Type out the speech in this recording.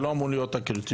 זה לא אמור להיות הקריטריון